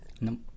No